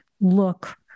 look